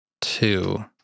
two